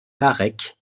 tarek